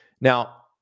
Now